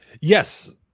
Yes